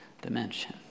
dimension